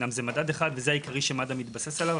אמנם זה מדד אחד וזה העיקרי שמד"א מתבסס עליו,